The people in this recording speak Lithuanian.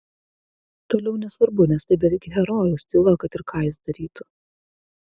toliau nesvarbu nes tai beveik herojaus tyla kad ir ką jis darytų